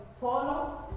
Follow